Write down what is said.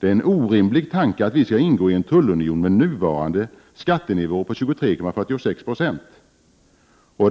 Det är en orimlig tanke att vi skall ingå i en tullunion med nuvarande skattenivå på 23,46 96.